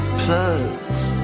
plugs